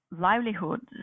livelihoods